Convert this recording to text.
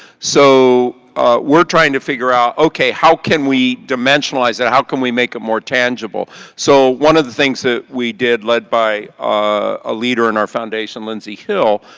so we are trying to figure out, okay, how can we dimensionallize that. how can we make it more tangible tangible? so one of the things that we did led by a leader in our foundation, lindsey hill,